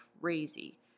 crazy